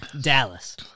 dallas